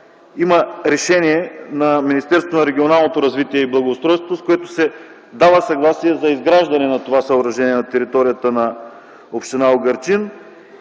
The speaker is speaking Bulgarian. развитие и благоустройството, с което се дава съгласие за изграждане на това съоръжение на територията на община Угърчин.